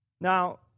Now